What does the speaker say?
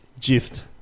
Gift